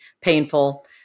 painful